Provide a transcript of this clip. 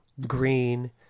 green